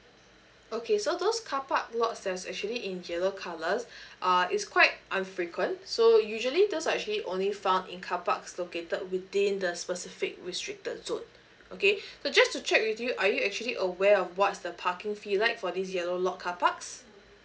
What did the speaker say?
okay so those carpark lots that's actually in yellow colours uh is quite un frequent so usually those are actually only found in carparks located within the specific restricted zone okay so just to check with you are you actually aware of what's the parking fee like for this yellow lot carparks